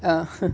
uh